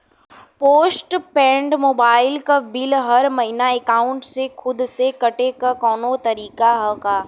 Post paid mobile क bill हर महिना एकाउंट से खुद से कटे क कौनो तरीका ह का?